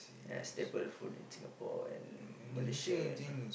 ya staple food in Singapore and Malaysia you know